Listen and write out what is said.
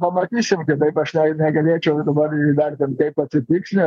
pamatysim kitaip aš ne negalėčiau dabar įvertint kaip atsitiks nes